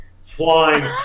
flying